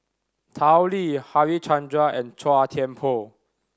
Tao Li Harichandra and Chua Thian Poh